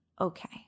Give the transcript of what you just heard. okay